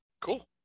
cool